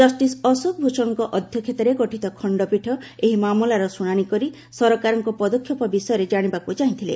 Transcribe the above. justice Ashok ଭୂଷଣଙ୍କ ଅଧ୍ୟକ୍ଷତାରେ ଗଠିତ ଖଶ୍ଚପୀଠ ଏହି ମାମଲାର ଶୁଣାଶି କରି ସରକାରଙ୍କ ପଦକ୍ଷେପ ବିଷୟରେ ଜାଣିବାକୁ ଚାହିଁଥିଲେ